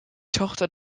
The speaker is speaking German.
tochter